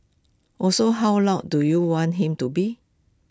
also how loud do you want him to be